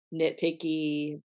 nitpicky